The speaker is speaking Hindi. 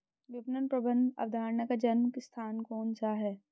विपणन प्रबंध अवधारणा का जन्म स्थान कौन सा है?